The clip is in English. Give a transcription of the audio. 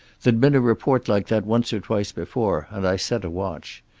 there'd been a report like that once or twice before, and i set a watch.